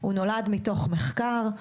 הוא נולד מתוך מחקר,